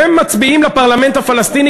הם מצביעים לפרלמנט הפלסטיני,